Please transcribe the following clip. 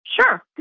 Sure